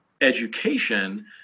education